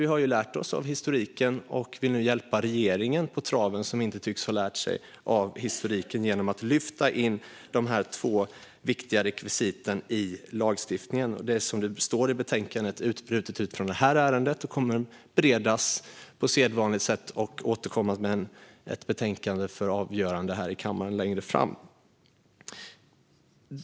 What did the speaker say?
Vi har lärt oss av historien och vill nu hjälpa regeringen, som inte tycks ha lärt sig av historien, på traven genom att lyfta in de två viktiga rekvisiten i lagstiftningen. Som det står i betänkandet har man brutit ut detta ur ärendet och kommer att bereda det på sedvanligt sätt och återkomma med ett betänkande för avgörande här i kammaren längre fram.